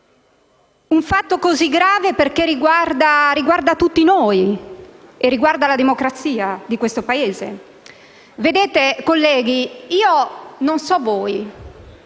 Un fatto così grave perché riguarda tutti noi; riguarda la democrazia di questo Paese. Colleghi, non so voi,